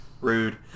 Rude